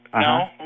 No